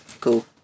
Cool